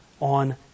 on